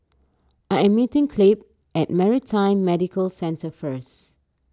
I am meeting Clabe at Maritime Medical Centre first